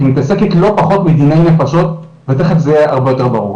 היא מתעסקת לא פחות מדיני נפשות ותיכף זה יהיה הרבה יותר ברור,